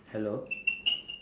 hello